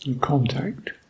contact